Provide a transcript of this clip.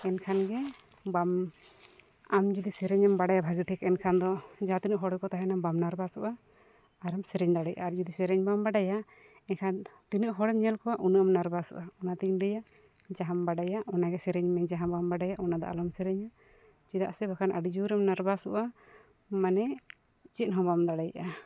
ᱮᱱᱠᱷᱟᱱᱜᱮ ᱵᱟᱝ ᱟᱢ ᱡᱩᱫᱤ ᱥᱮᱨᱮᱧᱮᱢ ᱵᱟᱲᱟᱭᱟ ᱵᱷᱟᱜᱮ ᱴᱷᱤᱠ ᱮᱱᱠᱷᱟᱱ ᱫᱚ ᱡᱟᱦᱟᱸ ᱛᱤᱱᱟᱜ ᱦᱚᱲ ᱜᱮᱠᱚ ᱛᱟᱦᱮᱱᱟ ᱵᱟᱢ ᱱᱟᱨᱵᱷᱟᱥᱚᱜᱼᱟ ᱟᱨᱮᱢ ᱥᱮᱨᱮᱧ ᱫᱟᱲᱮᱭᱟᱜᱼᱟ ᱟᱨ ᱡᱩᱫᱤ ᱥᱮᱨᱮᱧ ᱵᱟᱢ ᱵᱟᱲᱟᱭᱟ ᱮᱱᱠᱷᱟᱱ ᱛᱤᱱᱟᱹᱜ ᱦᱚᱲᱮᱢ ᱧᱮᱞ ᱠᱚᱣᱟ ᱩᱱᱟᱹᱜ ᱮᱢ ᱱᱟᱨᱵᱷᱟᱥᱚᱜᱼᱟ ᱚᱱᱟᱛᱤᱧ ᱞᱟᱹᱭᱟ ᱡᱟᱦᱟᱸᱢ ᱵᱟᱲᱟᱭᱟ ᱚᱱᱟᱜᱮ ᱥᱮᱨᱮᱧ ᱢᱮ ᱡᱟᱦᱟᱸ ᱵᱟᱢ ᱵᱟᱲᱟᱭᱟ ᱚᱱᱟᱫᱚ ᱟᱞᱚᱢ ᱥᱮᱨᱮᱧᱟ ᱪᱮᱫᱟᱜ ᱥᱮ ᱵᱟᱠᱷᱟᱱ ᱟᱹᱰᱤ ᱡᱳᱨ ᱮᱢ ᱱᱟᱨᱵᱷᱟᱥᱚᱜᱼᱟ ᱢᱟᱱᱮ ᱪᱮᱫ ᱦᱚᱸ ᱵᱟᱢ ᱫᱟᱲᱮᱭᱟᱜᱼᱟ